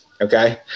Okay